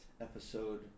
episode